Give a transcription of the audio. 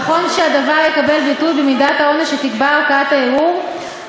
נכון שהדבר יקבל ביטוי במידת העונש שתקבע ערכאת הערעור,